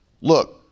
look